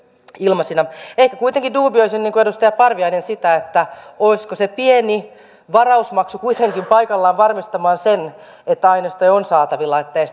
ilmaisina ehkä kuitenkin duubioisin niin kuin edustaja parviainen sitä että olisiko se pieni varausmaksu kuitenkin paikallaan varmistamaan sen että aineistoja on saatavilla ettei